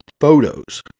Photos